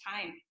time